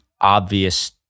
obvious